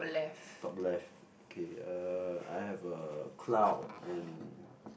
top left okay uh I have a cloud and